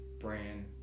brand